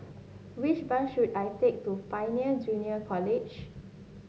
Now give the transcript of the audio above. which bus should I take to Pioneer Junior College